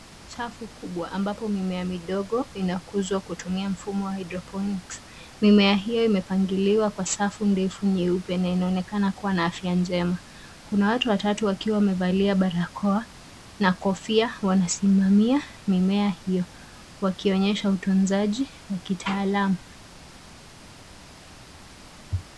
Chafu kubwa ambapo mimea midogo inakuzwa kutumia mfumo wa hydroponics . Mimea hiyo imepangiliwa kwa safu ndefu nyeupe na inaonekana kuwa na afya njema. Kuna watu watatu wakiwa wamevalia barakoa na kofia wanasimamia mimea hiyo, wakionyesha utunzaji wa kitaalamu.